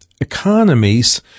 Economies